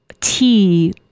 tea